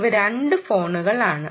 ഇവ രണ്ട് ഫോണുകളാണ്